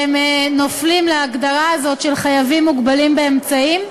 שנופלים להגדרה הזאת של חייבים מוגבלים באמצעים.